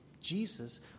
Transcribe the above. Jesus